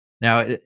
Now